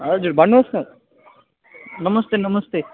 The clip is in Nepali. हजुर भन्नुहोस् न नमस्ते नमस्ते